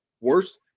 worst